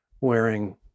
wearing